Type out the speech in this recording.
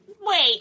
wait